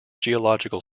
geological